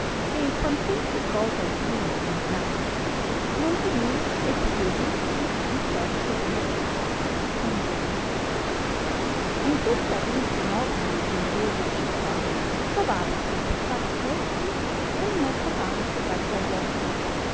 e quantunque cosa alcuna non vi nasca nondimeno è copiosissima di ciò che ad una città si conviene in questa adunque nobile e generosa città trovavasi ai passati tempi un mercatante